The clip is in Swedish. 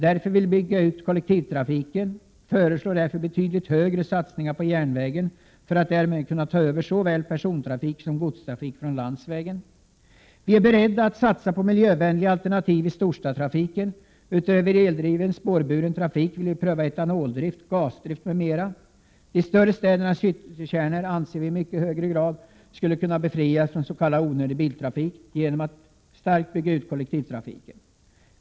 Därför vill vi bygga ut kollektivtrafiken, och vi föreslår därför betydligt större satsningar på järnvägen för att den skall kunna ta över såväl persontrafik som godstrafik från landsvägen. Vi är beredda att satsa på miljövänliga alternativ i storstadstrafiken. Utöver eldriven spårbunden trafik vill vi pröva etanoldrift, gasdrift m.m. De större städernas citykärnor anser vi i mycket högre grad skulle kunna befrias från framför allt onödig biltrafik bl.a. genom att kollektivtrafiken starkt byggs ut.